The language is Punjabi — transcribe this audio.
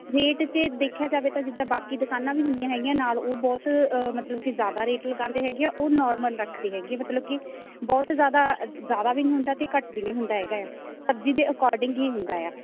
ਰੇਟ ਜੇ ਦੇਖਿਆ ਜਾਵੇ ਤਾਂ ਜਿੱਦਾਂ ਬਾਕੀ ਦੁਕਾਨਾਂ ਵੀ ਹੁੰਦੀਆਂ ਹੈਗੀਆਂ ਨਾਲ ਉਹ ਬਹੁਤ ਮਤਲਬ ਕਿ ਜ਼ਿਆਦਾ ਰੇਟ ਲਗਾਉਂਦੇ ਹੈਗੇ ਆ ਉਹ ਨੋਰਮਲ ਰੱਖਦੇ ਹੈਗੇ ਮਤਲਬ ਕਿ ਬਹੁਤ ਜ਼ਿਆਦਾ ਜ਼ਿਆਦਾ ਵੀ ਨਹੀਂ ਹੁੰਦਾ ਅਤੇ ਘੱਟ ਵੀ ਨਹੀਂ ਹੁੰਦਾ ਹੈਗਾ ਆ ਸਬਜ਼ੀ ਦੇ ਅਕੋਰਡਿੰਗ ਹੀ ਹੁੰਦਾ ਆ